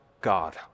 God